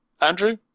Andrew